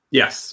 yes